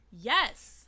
Yes